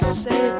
say